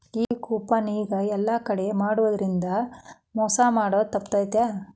ಈ ಕೂಪನ್ ಈಗ ಯೆಲ್ಲಾ ಕಡೆ ಮಾಡಿದ್ರಿಂದಾ ಮೊಸಾ ಮಾಡೊದ್ ತಾಪ್ಪ್ಯಾವ